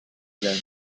england